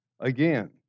Again